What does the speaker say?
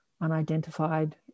unidentified